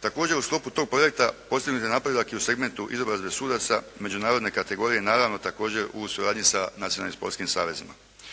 Također, u sklopu tog projekta postignut je napredak i u segmentu izobrazbe sudaca međunarodne kategorije. Naravno, također u suradnji sa